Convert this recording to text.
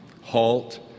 halt